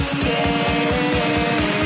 say